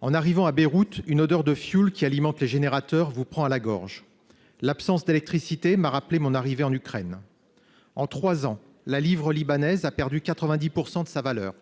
En arrivant à Beyrouth, l'odeur du fioul qui alimente les générateurs vous prend à la gorge. L'absence d'électricité m'a rappelé mon arrivée en Ukraine. En trois ans, la livre libanaise a perdu 90 % de sa valeur.